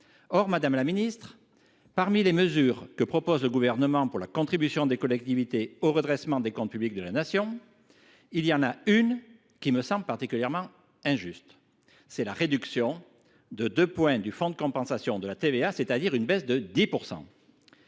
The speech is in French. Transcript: Or, madame la ministre, parmi les mesures que propose le Gouvernement pour la contribution des collectivités au redressement des comptes publics de la Nation, il y en a une qui me semble particulièrement injuste : la réduction de 2 points du FCTVA, soit une baisse de 10